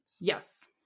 Yes